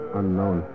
unknown